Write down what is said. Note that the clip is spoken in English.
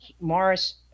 Morris